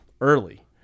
early